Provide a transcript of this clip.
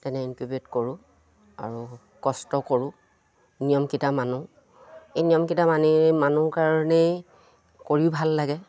তেনে ইনকিউবেট কৰোঁ আৰু কষ্ট কৰোঁ নিয়মকেইটা মানুহ এই নিয়মকেইটা মানি মানুহৰ কাৰণেই কৰিও ভাল লাগে